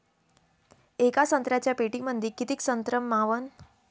येका संत्र्याच्या पेटीमंदी किती संत्र मावन?